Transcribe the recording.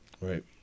Right